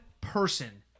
person